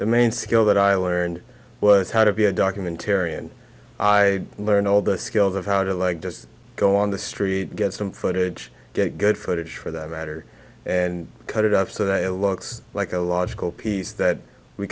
the main skill that i learned was how to be a documentarian i learned all the skills of how to like just go on the street get some footage good footage for that matter and cut it up so that it looks like a logical piece that we